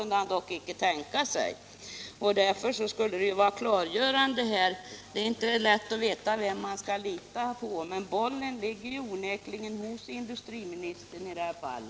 Därför skulle det vara klargörande att få ett svar här, eftersom det inte är lätt att veta vilken av herrarna man skall lita på. Men bollen ligger onekligen hos industriministern i detta fall.